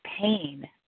pain